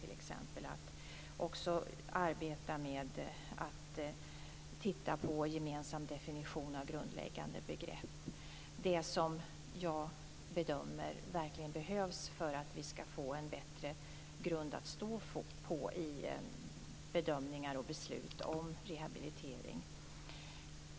Man kommer också att bedriva ett arbete med att titta på gemensamma definitioner av grundläggande begrepp. Det behövs verkligen, som jag bedömer det, för att vi skall få en bättre grund att stå på i bedömningar och beslut om rehabilitering.